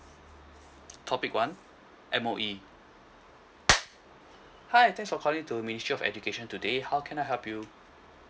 topic one M_O_E hi thanks for calling to ministry of education today how can I help you